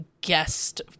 guest